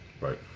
right